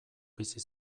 bizi